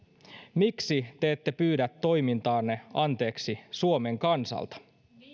miksi te ette pyydä toimintaanne anteeksi suomen kansalta